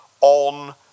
on